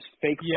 fake